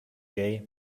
gay